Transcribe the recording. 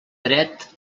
dret